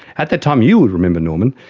at that time, you would remember norman,